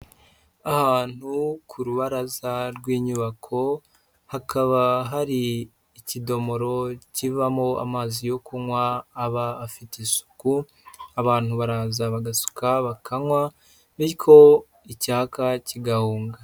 Ahantu ku rubaraza rw'inyubako hakaba hari ikidomoro kivamo amazi yo kunywa aba afite isuku, abantu baraza bagaka bakanywa bityo icyayaka kigahunga.